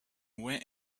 went